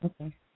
okay